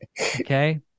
okay